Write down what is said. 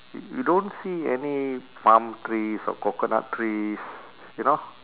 y~ you don't see any palm trees or coconut trees you know